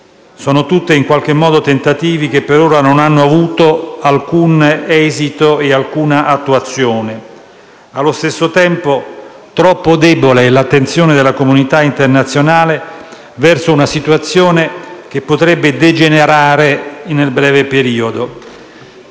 contenuto: tutti tentativi che, per ora, non hanno avuto alcun esito e alcuna attuazione. Allo stesso tempo, troppo debole el’attenzione della comunita internazionale verso una situazione che potrebbe degenerare nel breve periodo.